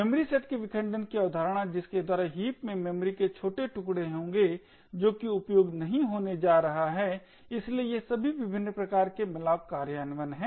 memory set के विखंडन की अवधारणा जिसके द्वारा हीप में मेमोरी के छोटे टुकड़े होंगे जो कि उपयोग नहीं होने जा रहे हैं इसलिए ये सभी विभिन्न प्रकार के malloc कार्यान्वयन हैं